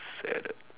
sad